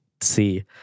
see